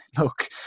look